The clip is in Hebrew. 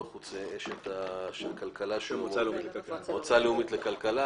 למועצה הלאומית לכלכלה